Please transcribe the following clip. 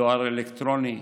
דואר אלקטרוני,